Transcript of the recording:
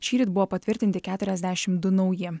šįryt buvo patvirtinti keturiasdešimt du nauji